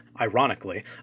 ironically